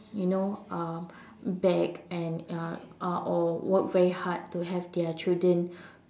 you know um beg and uh uh or work very hard to have their children